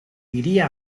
hiria